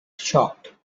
shocked